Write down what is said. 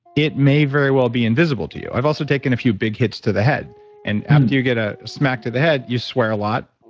it may very well be invisible to you i've also taken a few big hits to the head and after you get a smack to the head, you swear a lot